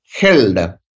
held